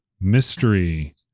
mystery